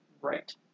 right